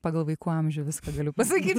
pagal vaikų amžių viską galiu pasakyt